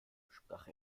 sprach